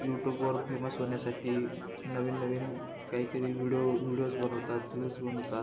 यूट्यूबवर फेमस होण्यासाठी नवीन नवीन काहीतरी व्हिडिओ व्हिडिओज बनवतात रील्स बनवतात